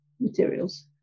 materials